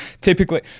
typically